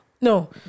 No